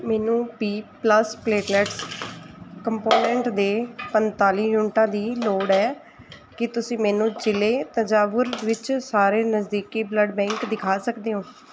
ਮੈਨੂੰ B plus platelets component ਦੇ ਪੰਤਾਲੀ ਯੂਨਿਟਾਂ ਦੀ ਲੋੜ ਹੈ ਕੀ ਤੁਸੀਂ ਮੈਨੂੰ ਜ਼ਿਲ੍ਹੇ ਤੰਜਾਵੁਰ ਵਿੱਚ ਸਾਰੇ ਨਜ਼ਦੀਕੀ ਬਲੱਡ ਬੈਂਕ ਦਿਖਾ ਸਕਦੇ ਹੋ